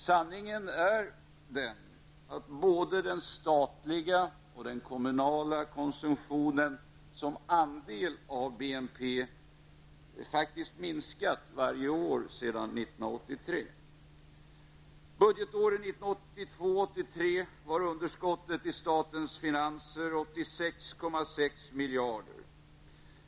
Sanningen är den att både den statliga och den kommunala konsumtionen som andel av BNP har faktiskt minskat varje år sedan 1983. Budgetåret 1982/83 var underskottet i statens finanser 86,6 miljarder kronor.